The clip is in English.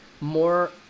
more